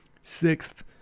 Sixth